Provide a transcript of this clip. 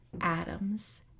Adams